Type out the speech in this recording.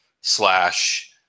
slash